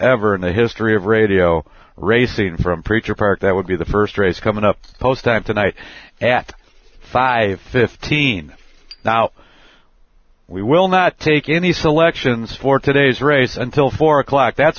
ever in the history of radio racing from preacher park that would be the first race coming up post time tonight at five fifteen now we will not take any selections for today's race until four o'clock that's